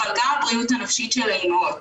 אבל גם הבריאות הנפשית של האימהות.